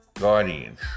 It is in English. Guardians